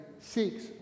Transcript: seeks